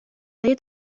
های